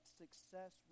success